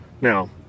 Now